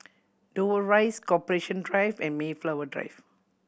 Dover Rise Corporation Drive and Mayflower Drive